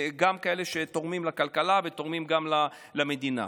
גם כאלה שתורמים לכלכלה ותורמים למדינה.